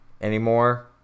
Anymore